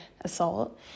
assault